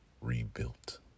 rebuilt